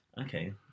Okay